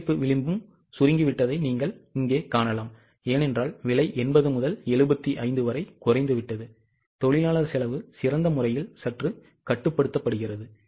பங்களிப்பு விளிம்பும் சுருங்கிவிட்டதை நீங்கள் இங்கே காணலாம் ஏனென்றால் விலை 80 முதல் 75 வரை குறைந்துவிட்டது தொழிலாளர் செலவு சிறந்த முறையில் சற்று கட்டுப்படுத்தப்படுகிறது